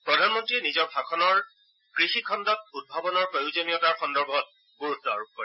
প্ৰধানমন্তীয়ে নিজৰ ভাষণৰ কৃষি খণ্ডত উদ্ভাবনৰ প্ৰয়োজনীয়তাৰ সন্দৰ্ভত গুৰুত্ব আৰোপ কৰে